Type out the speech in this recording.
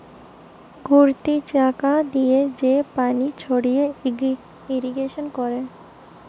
ঘুরতি চাকা দিয়ে যে পানি ছড়িয়ে ইরিগেশন করে